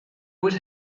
would